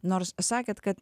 nors sakėt kad